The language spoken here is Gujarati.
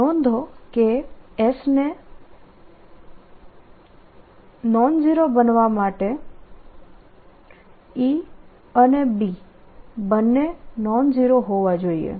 નોંધો કે S ને નોન ઝીરો બનવા માટે E અને B બંને નોન ઝીરો હોવા જોઈએ